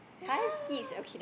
yeah